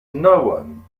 noone